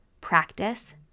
practice